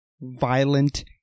violent